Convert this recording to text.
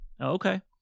Okay